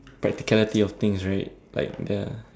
practicality of things right like the